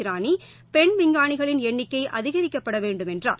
இரானி பெண் விஞ்ஞானிகளின் எண்ணிக்கைஅதிகரிக்கப்படவேண்டும் என்றார்